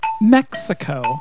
Mexico